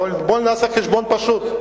בוא נעשה חשבון פשוט: